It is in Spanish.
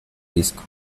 disco